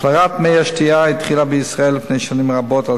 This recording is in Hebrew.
הפלרת מי השתייה התחילה בישראל לפני שנים רבות על